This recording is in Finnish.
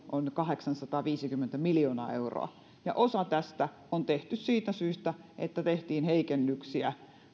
on kahdeksansataaviisikymmentä miljoonaa euroa osa tästä on tehty siitä syystä että tehtiin heikennyksiä